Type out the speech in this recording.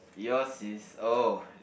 yours is oh